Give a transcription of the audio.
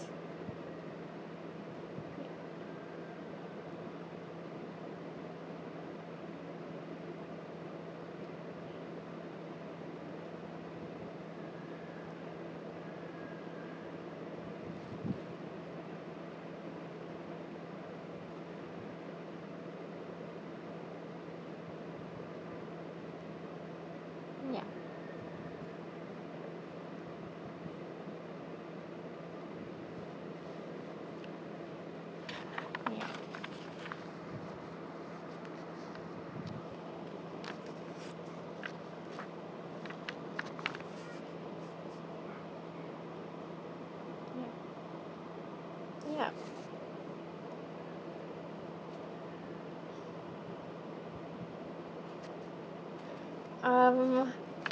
ya ya ya ya um